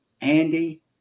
Andy